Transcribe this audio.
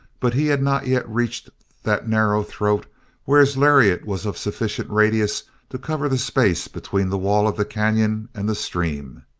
but he had not yet reached that narrow throat where his lariat was of sufficient radius to cover the space between the wall of the canon and the stream.